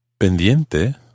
Pendiente